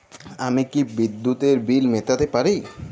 আমি কি বিদ্যুতের বিল মেটাতে পারি?